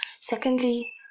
Secondly